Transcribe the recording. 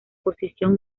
posición